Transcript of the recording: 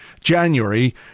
January